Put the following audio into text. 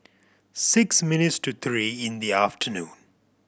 six minutes to three in the afternoon